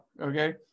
okay